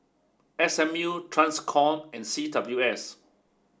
S M U TRANSCOM and C W S